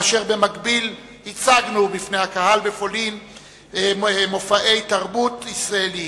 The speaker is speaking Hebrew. ובמקביל הצגנו בפני הקהל בפולין מופעי תרבות ישראליים.